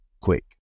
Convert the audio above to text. quick